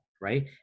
right